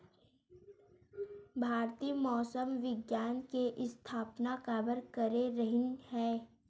भारती मौसम विज्ञान के स्थापना काबर करे रहीन है?